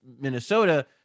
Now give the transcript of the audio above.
Minnesota